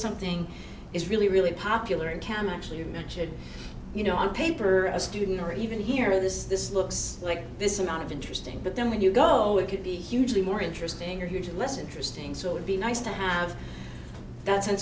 something is really really popular and can actually imagine you know on paper a student or even hear this this looks like this amount of interesting but then when you go it could be hugely more interesting or huge less interesting so would be nice to have that sense